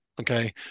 okay